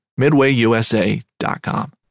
MidwayUSA.com